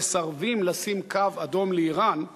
המסרבים לשים קו אדום לאירן,